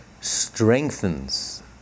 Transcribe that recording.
strengthens